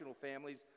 families